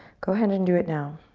go ahead and do it now.